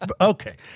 Okay